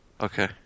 Okay